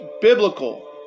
biblical